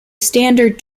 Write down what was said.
standard